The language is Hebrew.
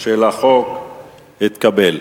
של החוק התקבל.